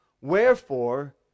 Wherefore